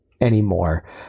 anymore